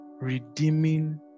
redeeming